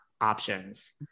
options